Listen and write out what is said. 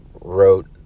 wrote